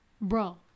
Bro